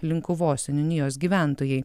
linkuvos seniūnijos gyventojai